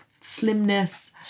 slimness